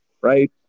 right